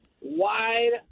Wide